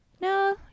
no